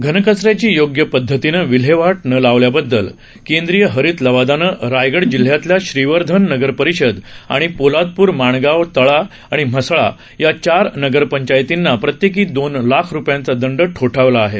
घनकचऱ्याची योग्य पध्दतीनं विल्हेवाट न लावल्याबद्दल केंदीय हरित लवादानं रायगड जिल्ह्यातल्या श्रीवर्धन नगरपरिषद आणि पोलादपूर माणगाव तळा आणि म्हसळा या चार नगरपंचायतींना पत्येकी दोन लाख रूपयांचा दंड ठोठावला आहे